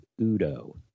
Udo